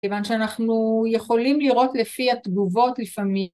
כיוון שאנחנו יכולים לראות לפי התגובות לפעמים.